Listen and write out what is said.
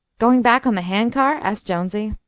goin' back on the hand-car? asked jonesy.